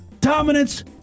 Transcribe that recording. dominance